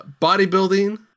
bodybuilding